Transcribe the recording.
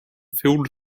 filled